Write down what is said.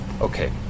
Okay